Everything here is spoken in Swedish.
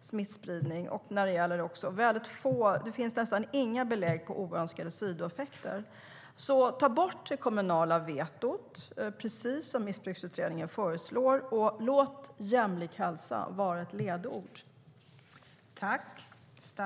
smittspridning, och det finns nästan inga belägg på oönskade sidoeffekter.